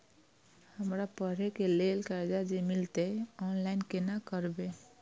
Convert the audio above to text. हमरा पढ़े के लेल कर्जा जे मिलते ऑनलाइन केना करबे?